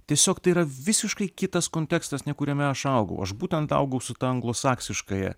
tiesiog tai yra visiškai kitas kontekstas kuriame aš augau aš būtent augau su ta anglosaksiškąja